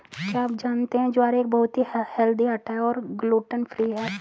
क्या आप जानते है ज्वार एक बहुत ही हेल्दी आटा है और ग्लूटन फ्री है?